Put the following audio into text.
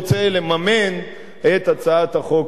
לממן את הצעת החוק הזאת.